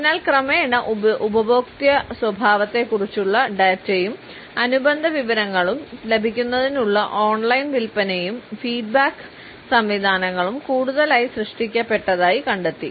അതിനാൽ ക്രമേണ ഉപഭോക്തൃ സ്വഭാവത്തെക്കുറിച്ചുള്ള ഡാറ്റയും അനുബന്ധ വിവരങ്ങളും ലഭിക്കുന്നതിനുള്ള ഓൺലൈൻ വിൽപ്പനയും ഫീഡ്ബാക്ക് സംവിധാനങ്ങളും കൂടുതലായി സൃഷ്ടിക്കപ്പെട്ടതായി കണ്ടെത്തി